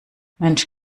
mensch